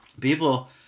People